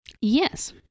Yes